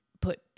put